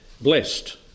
blessed